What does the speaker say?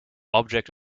object